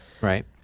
Right